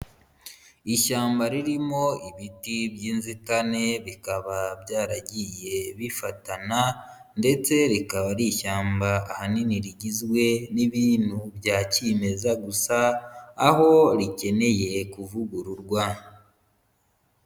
Ishyamba ririmo ibiti by'inzitane, bikaba byaragiye bifatana, ndetse rikaba ari ishyamba ahanini rigizwe n'ibintu bya kimeza gusa, aho rikeneye kuvugururwa.